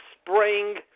spring